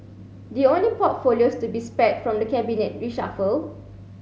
the only portfolios to be spared from the cabinet reshuffle